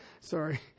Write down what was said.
Sorry